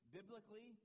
Biblically